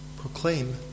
proclaim